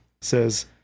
says